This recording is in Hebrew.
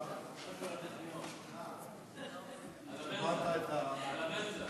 לאחר מכן, בעלי הצעות רגילות בנושא